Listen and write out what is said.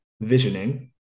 visioning